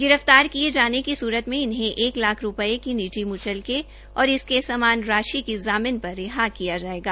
गिरफ्तार किए जाने की सूरत में इन्हैं एक लख रूपये का निजी मुचलके और इसके समान राशि की ज़ामिन पर रिहा किया जायेगा